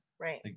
Right